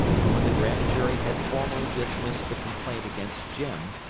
and when the grand jury had formally dismissed the complaint against jim,